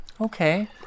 Okay